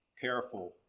careful